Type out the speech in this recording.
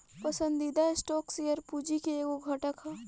पसंदीदा stock share पूंजी के एगो घटक ह